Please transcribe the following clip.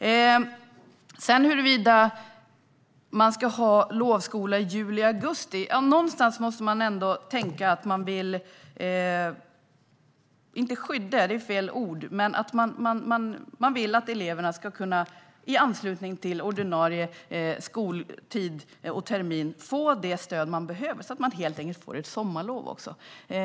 När det gäller huruvida man ska ha lovskola i juli och augusti måste man någonstans, om inte skydda eleverna - det är fel ord - ändå se till att eleverna i anslutning till ordinarie skoltid och termin får det stöd som de behöver så att de helt enkelt får ett sommarlov.